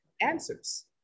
answers